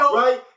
right